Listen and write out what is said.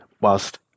Whilst